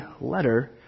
letter